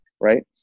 right